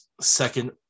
second